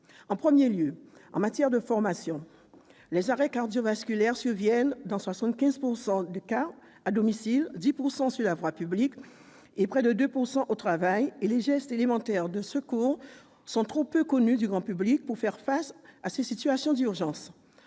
les exigences en matière de formation. Les arrêts cardio-vasculaires surviennent dans 75 % des cas à domicile, dans 10 % sur la voie publique et dans 2 % au travail, et les gestes élémentaires de secours sont trop peu connus du grand public pour faire face à ces situations d'urgence.